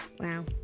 Wow